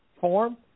form